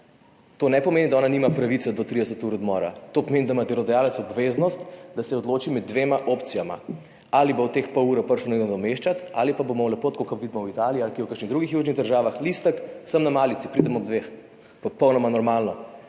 to ne pomeni, da ona nima pravice do 30 minut odmora, to pomeni, da ima delodajalec obveznost, da se odloči med dvema opcijama – ali jo bo za te pol ure prišel nekdo nadomeščat ali pa bomo imeli lepo listek, tako kot vidimo v Italiji ali v kakšnih drugih južnih državah: »Sem na malici, pridem ob dveh.« Popolnoma normalno.